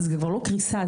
זו כבר לא קריסה,